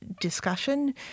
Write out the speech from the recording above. discussion